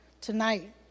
tonight